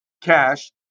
cash